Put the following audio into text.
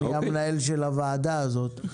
אני המנהל של הוועדה הזאת.